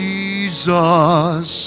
Jesus